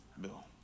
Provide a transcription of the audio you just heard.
Bill